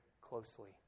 closely